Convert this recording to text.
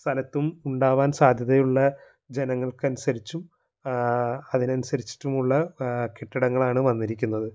സ്ഥലത്തും ഉണ്ടാകാൻ സാദ്ധ്യതയുള്ള ജനങ്ങൾക്കനുസരിച്ചും അതിനനുസരിച്ചിട്ടുമുള്ള കെട്ടിടങ്ങളാണ് വന്നിരിക്കുന്നത്